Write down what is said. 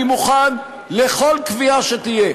אני מוכן לכל קביעה שתהיה,